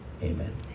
Amen